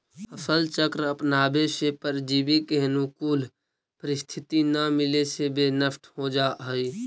फसल चक्र अपनावे से परजीवी के अनुकूल परिस्थिति न मिले से वे नष्ट हो जाऽ हइ